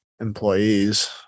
employees